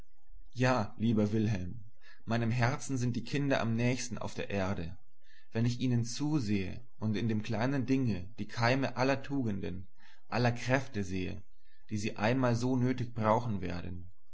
ja lieber wilhelm meinem herzen sind die kinder am nächsten auf der erde wenn ich ihnen zusehe und in dem kleinen dinge die keime aller tugenden aller kräfte sehe die sie einmal so nötig brauchen werden